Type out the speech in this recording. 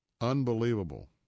Unbelievable